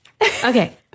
Okay